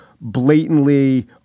blatantly